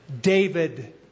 David